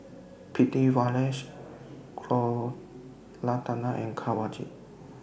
Pritiviraj Koratala and Kanwaljit